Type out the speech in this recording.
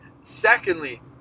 secondly